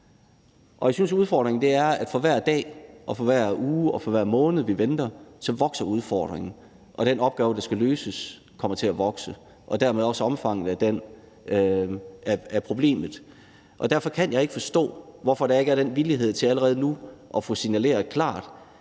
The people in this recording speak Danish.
Jeg synes, at udfordringen er, at for hver dag, for hver uge og for hver måned vi venter, så vokser udfordringen, og den opgave, der skal løses, kommer til at vokse og dermed også omfanget af problemet. Derfor kan jeg ikke forstå, hvorfor der ikke er den villighed til allerede nu at få signaleret klart,